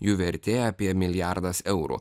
jų vertė apie milijardas eurų